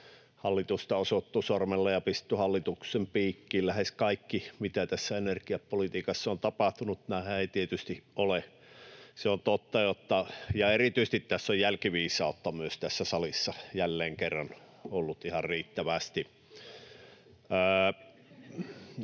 hallitusta osoitettu sormella ja pistetty hallituksen piikkiin lähes kaikki, mitä tässä energiapolitiikassa on tapahtunut. Näinhän ei tietysti ole. Erityisesti myös jälkiviisautta tässä salissa on jälleen kerran ollut ihan riittävästi.